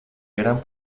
eran